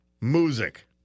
music